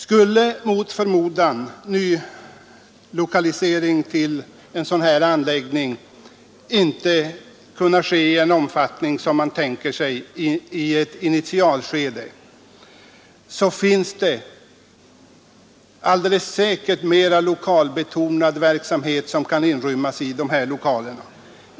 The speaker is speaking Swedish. Skulle mot förmodan nylokalisering till en sådan industricentrumanläggning inte ske i den omfattning som man tänkt sig i initialskedet, så finns det alldeles säkert mera lokalbetonad verksamhet som kan inrymmas i lokalerna.